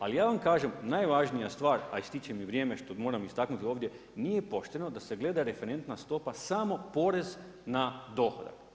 Ali ja vam kažem, najvažnija stvar a ističe mi vrijeme, što moram istaknuti ovdje, nije pošteno da se gleda referentna stopa samo poreza na dohodak.